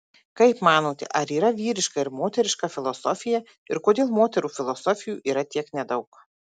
kaip manote ar yra vyriška ir moteriška filosofija ir kodėl moterų filosofių yra tiek nedaug